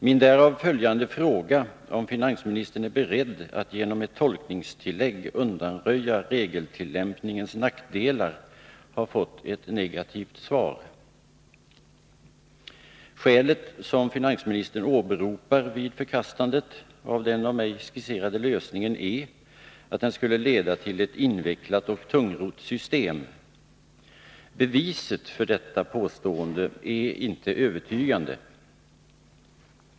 Min därav följande fråga, om finansministern är beredd att genom ett tolkningstillägg undanröja regeltilllämpningens nackdelar, har fått ett negativt svar. Skälet som finansministern åberopar vid förkastandet av den av mig skisserade lösningen är att den skulle leda till ett invecklat och tungrott system. Beviset för detta påstående är inte övertygande.